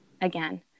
again